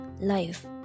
life